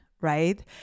right